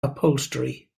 upholstery